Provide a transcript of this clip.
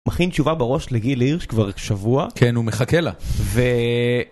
מכין תשובה בראש לגיל הירש כבר שבוע. כן, הוא מחכה לה. ו...